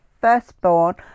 firstborn